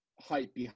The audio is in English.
hype